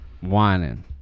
whining